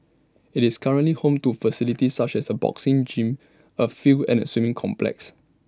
IT is currently home to facilities such as A boxing gym A field and A swimming complex